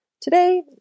Today